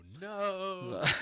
No